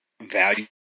value